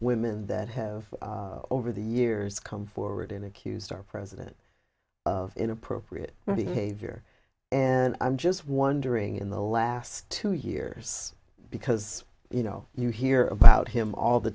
women that have over the years come forward and accused our president of inappropriate behavior and i'm just wondering in the last two years because you know you hear about him all the